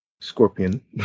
Scorpion